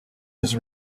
his